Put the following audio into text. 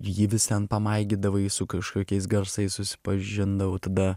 jį visvien pamaigydavai su kažkokiais garsais susipažindavau tada